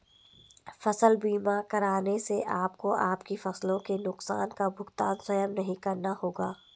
फसल बीमा कराने से आपको आपकी फसलों के नुकसान का भुगतान स्वयं नहीं करना होगा